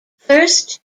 first